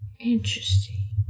interesting